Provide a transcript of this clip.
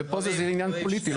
ופה זה עניין פוליטי,